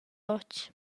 otg